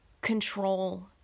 control